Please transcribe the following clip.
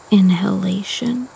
inhalation